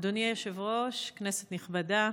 אדוני היושב-ראש, כנסת נכבדה,